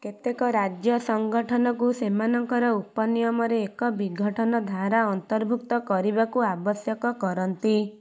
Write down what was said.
କେତେକ ରାଜ୍ୟ ସଂଗଠନକୁ ସେମାନଙ୍କର ଉପନିୟମରେ ଏକ ବିଘଟନ ଧାରା ଅନ୍ତର୍ଭୁକ୍ତ କରିବାକୁ ଆବଶ୍ୟକ କରନ୍ତି